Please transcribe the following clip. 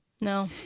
No